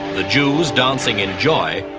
the jews dancing in joy,